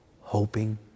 hoping